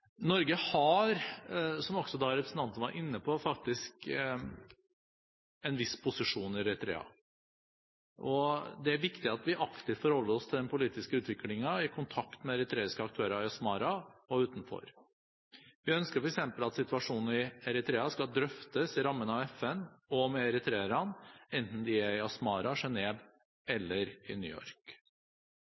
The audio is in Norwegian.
Norge har – som også representanten var inne på – en viss posisjon i Eritrea. Det er viktig at vi aktivt forholder oss til den politiske utviklingen, i kontakt med eritreiske aktører i Asmara og utenfor. Vi ønsker f.eks. at situasjonen i Eritrea skal drøftes i rammen av FN og med eritreerne, enten de er i Asmara, i Genève eller i New York.